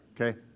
Okay